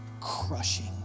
crushing